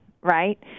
right